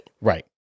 Right